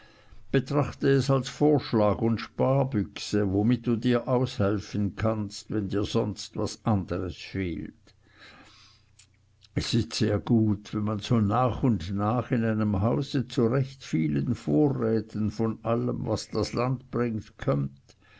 betrachte es als vorschlag und sparbüchse womit du dir aus helfen kannst wenn dir sonst was anderes fehlt es ist sehr gut wenn man so nach und nach in einem hause zu recht vielen vorräten von allem was das land bringt kömmt